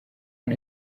and